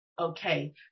okay